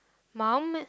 mum